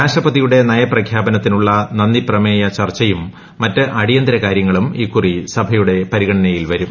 രാഷ്ട്രപതിയുടെ നയപ്രഖ്യാപനത്തിനുള്ള നന്ദി പ്രമേയ ചർച്ചയും മറ്റ് അടിയന്തര കാര്യങ്ങളും ഇക്കുറി സഭയുടെ പരിഗണനയിൽ വരും